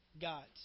gods